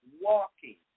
Walking